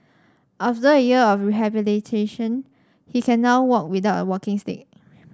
after a year of rehabilitation he can now walk without a walking stick